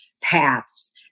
paths